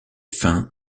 fin